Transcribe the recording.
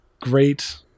great